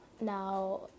now